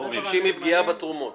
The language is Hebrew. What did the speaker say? --- חוששים מפגיעה בתרומות.